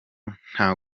nta